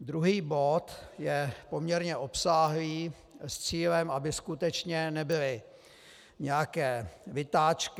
Druhý bod je poměrně obsáhlý s cílem, aby skutečně nebyly nějaké vytáčky.